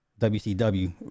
wcw